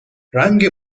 رنگ